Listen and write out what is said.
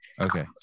Okay